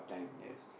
yes